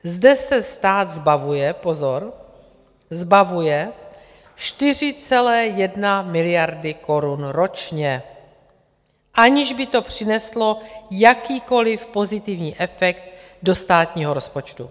Zde se stát zbavuje pozor zbavuje 4,1 miliardy korun ročně, aniž by to přineslo jakýkoliv pozitivní efekt do státního rozpočtu.